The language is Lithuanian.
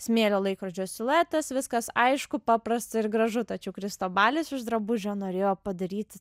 smėlio laikrodžio siluetas viskas aišku paprasta ir gražu tačiau kristobalis iš drabužio norėjo padaryt